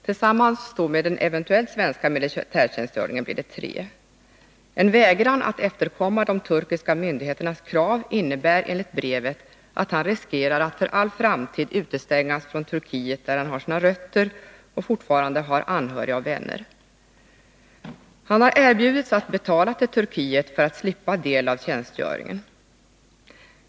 Tillsammans med den eventuella svenska militärtjänstgöringen blir det tre år. En vägran att efterkomma de turkiska myndigheternas kallelse innebär, enligt brevet, att han riskerar att för all framtid utestängas från Turkiet, där han har sina rötter och fortfarande har anhöriga och vänner. Han har erbjudits att betala pengar till Turkiet för att slippa del av tjänstgöringen.